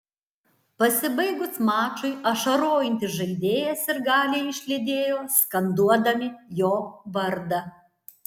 pasibaigus mačui ašarojantį žaidėją sirgaliai išlydėjo skanduodami jo vardą